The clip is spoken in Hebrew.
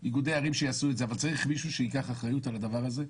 אבל צריך מישהו שייקח אחריות על הדבר הזה.